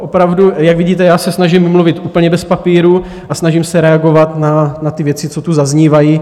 Opravdu, jak vidíte, já se snažím mluvit úplně bez papíru a snažím se reagovat na ty věci, co tu zaznívají.